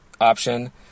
option